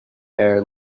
air